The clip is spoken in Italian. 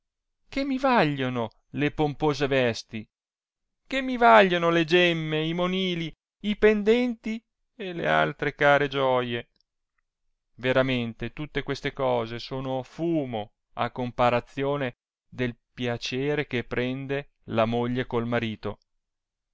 che mi vagliono le pompose vesti che mi vagliono le gemme i monili i pendenti e le altre care gioie veramente tutte queste cose sono fumo a comparazione del piacere che prende la moglie col marito